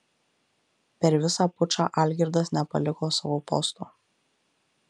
per visą pučą algirdas nepaliko savo posto